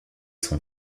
son